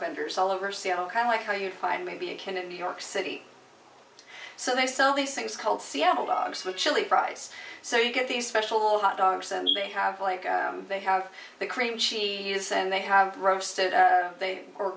fenders all over seattle kind of like how you find maybe a kid in new york city so they sell these things called seattle dogs with chili price so you get these special hot dogs and they have like they have the cream cheese and they have roasted they are